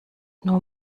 nur